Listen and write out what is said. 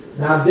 now